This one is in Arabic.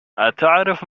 أتعرف